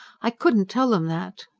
i couldn't tell them that.